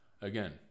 again